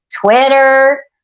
Twitter